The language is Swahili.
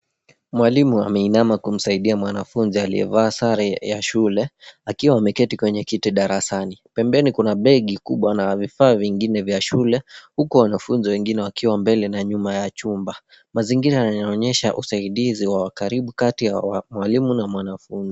Mwalimu ameinama kumsaidia mwanafunzi aliyevaa sare ya shule akiwa ameketi kwenye kiti darasani. Pembeni kuna begi kubwa na vifaa vingine vya shule huku wanafunzi wengine wakiwa mbele na nyuma ya chumba. Mazingira yanaonyesha usaidizi wa karibu kati ya walimu na mwanafunzi.